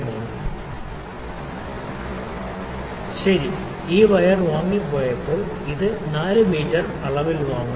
99 mm ശരി ഈ wire വാങ്ങിയപ്പോൾ അത് 4 മില്ലീമീറ്റർ അളവിൽ വാങ്ങുന്നു